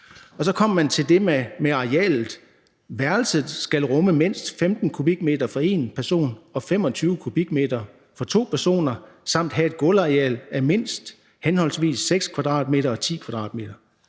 så kommer man til det med arealet: Værelset skal rumme mindst 15 m³ for én person og 25 m³ for 2 personer samt have et gulvareal af mindst henholdsvis 6 m² og 10 m².